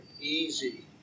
easy